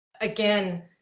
Again